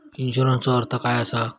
इन्शुरन्सचो अर्थ काय असा?